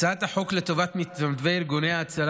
הצעת החוק לטובת מתנדבי ארגוני ההצלה